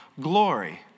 glory